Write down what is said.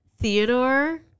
Theodore